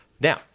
Now